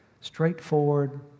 straightforward